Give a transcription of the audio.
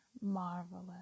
marvelous